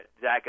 Zach